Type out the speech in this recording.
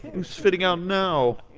who's fitting out now?